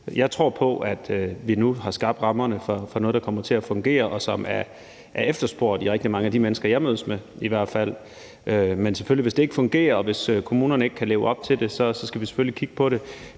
Jeg tror på, at vi nu har skabt rammerne for noget, der kommer til at fungere, og som er efterspurgt hos rigtig mange af de mennesker, jeg mødes med i hvert fald. Men hvis det ikke fungerer, og hvis kommunerne ikke kan leve op til det, skal vi selvfølgelig kigge på det.